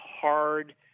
hard